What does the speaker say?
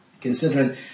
considering